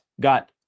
got